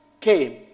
came